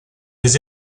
des